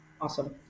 Awesome